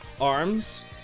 arms